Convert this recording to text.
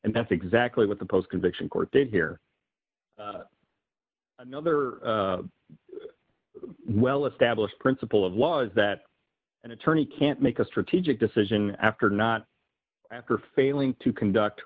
and that's exactly what the post conviction court did hear another well established principle of laws that an attorney can't make a strategic decision after not after failing to conduct